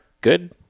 good